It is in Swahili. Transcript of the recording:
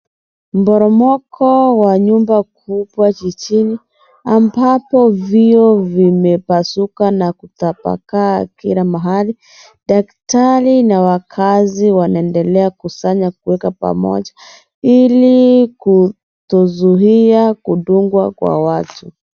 Mporomoko wa nyumba kubwa jijini, ambapo vioo vimepasuka na kutapakaa kila mahali, daktari na wakaazi wanaendea kusanya kuweka pamoja ili kutozuia kudungwa kwa watu.